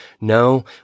No